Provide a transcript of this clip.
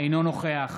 אינו נוכח